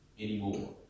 anymore